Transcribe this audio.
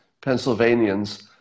Pennsylvanians